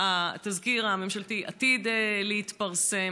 התזכיר הממשלתי עתיד להתפרסם?